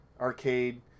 arcade